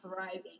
thriving